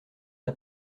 n’a